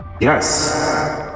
Yes